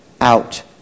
out